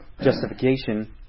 Justification